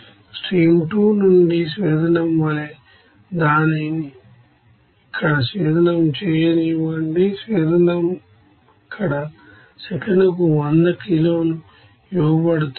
stream 2 నుండి distillate వలె దానిని ఇక్కడ డిస్టిల్ల్య్ట్చేయనివ్వండి డిస్టిల్ల్య్ట్ ఇక్కడ సెకనుకు 100 కిలోలు ఇవ్వబడుతుంది